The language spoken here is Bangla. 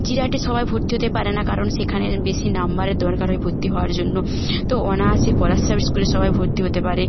জিরাটে সবাই ভর্তি হতে পারে না কারণ সেখানে বেশি নাম্বারের দরকার হয় ভর্তি হওয়ার জন্য তো অনায়াসে পলাশচাবড়ী স্কুলে সবাই ভর্তি হয়ে পারে